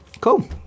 Cool